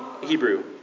Hebrew